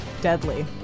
deadly